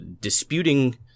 disputing